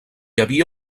havia